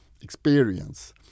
experience